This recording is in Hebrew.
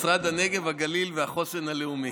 משרד הנגב, הגליל והחוסן הלאומי.